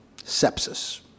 Sepsis